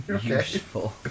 useful